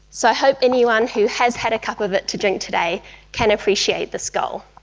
so i hope anyone who has had a cup of it to drink today can appreciate this goal.